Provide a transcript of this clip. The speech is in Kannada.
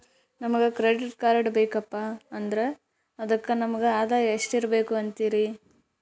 ನಮಗ ಕ್ರೆಡಿಟ್ ಕಾರ್ಡ್ ಬೇಕಪ್ಪ ಅಂದ್ರ ಅದಕ್ಕ ನಮಗ ಆದಾಯ ಎಷ್ಟಿರಬಕು ಅಂತೀರಿ?